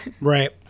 right